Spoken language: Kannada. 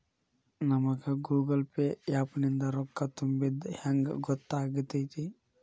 ನಮಗ ಗೂಗಲ್ ಪೇ ಆ್ಯಪ್ ನಿಂದ ರೊಕ್ಕಾ ತುಂಬಿದ್ದ ಹೆಂಗ್ ಗೊತ್ತ್ ಆಗತೈತಿ?